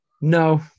No